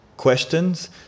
questions